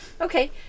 Okay